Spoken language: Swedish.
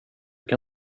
kan